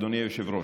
אדוני היושב-ראש,